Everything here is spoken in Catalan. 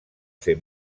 fer